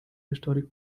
historic